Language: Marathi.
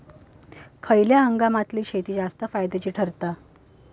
खयल्या हंगामातली शेती जास्त फायद्याची ठरता?